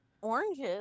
oranges